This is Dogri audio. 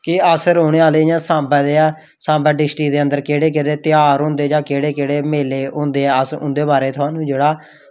कि अस रौह्ने आह्ले इयां सांबा दे आं सांबा डिस्ट्रिक्ट दे अंदर केह्ड़े केह्ड़े ध्यार होंदे जां केह्ड़े केह्ड़े मेले होंदे अस उं'दे बारे च थुआनूं जेह्ड़ा